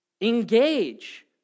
Engage